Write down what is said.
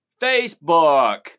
Facebook